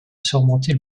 surmonter